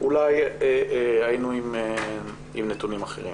אולי היינו עם נתונים אחרים.